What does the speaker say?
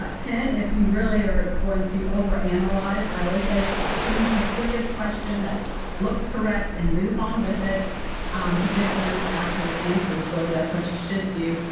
but ten if you really are going to over-analyze. i always say choose the quickest question that looks correct and move on with it um to get the most accurate answers, really. that's what you should do.